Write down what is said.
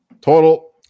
total